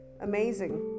amazing